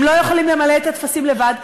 הם לא יכולים למלא את הטפסים לבד.